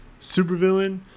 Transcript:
supervillain